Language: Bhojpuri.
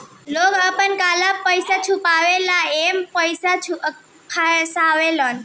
लोग आपन काला पइसा छुपावे ला एमे पइसा फसावेलन